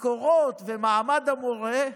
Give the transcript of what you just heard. משכורות, ומעמד המורה,